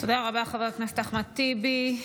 תודה רבה, חבר הכנסת אחמד טיבי.